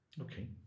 Okay